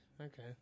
Okay